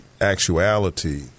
actuality